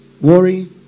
Worry